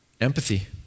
Empathy